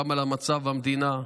גם על המצב במדינה.